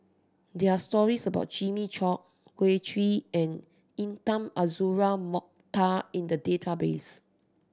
there are stories about Jimmy Chok Kin Chui and Intan Azura Mokhtar in the database